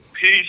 Peace